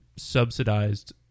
Subsidized